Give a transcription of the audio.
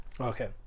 Okay